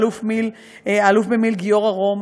אלוף במיל' גיורא רום.